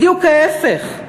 בדיוק ההפך.